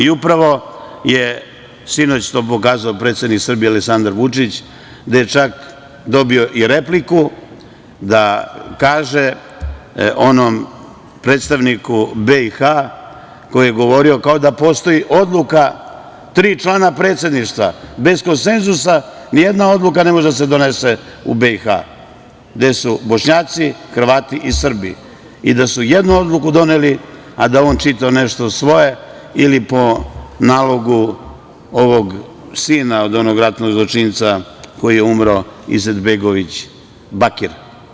Upravo je sinoć to pokazao predsednik Srbije Aleksandar Vučić, gde je čak dobio i repliku da kaže onom predstavniku BiH, koji je govorio kao da postoji odluka tri člana predsedništva, bez konsenzusa nijedna odluka ne može da se donose u BiH, gde su Bošnjaci, Hrvati i Srbi i da su jednu odluku doneli, a da je on čitao nešto svoje ili po nalogu ovog sina od onog ratnog zločinca koji je umro Izetbegović, Bakir.